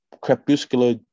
crepuscular